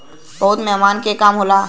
बहुत मेहनत के काम होला